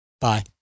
Bye